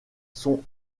sont